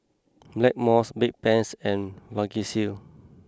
Blackmores Bedpans and Vagisil